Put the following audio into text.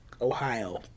Ohio